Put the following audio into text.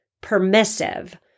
permissive